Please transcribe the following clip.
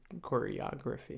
choreography